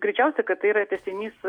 greičiausia kad tai yra tęsinys